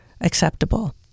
acceptable